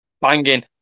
banging